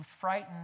frightened